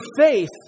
faith